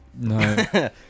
No